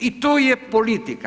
I to je politika.